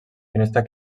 finestra